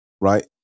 Right